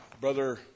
Brother